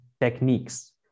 techniques